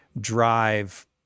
drive